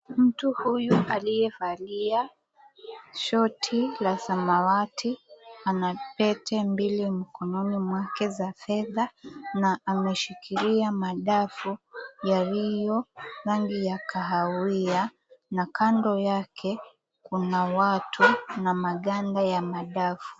Mtu huyu aliyevalia shoti la samawati ana pete mbili mkononi mwake za fedha na ameshikilia madafu yaliyo rangi ya kahawia. Na kando yake kuna watu na maganda ya madafu.